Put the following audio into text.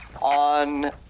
on